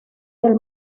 del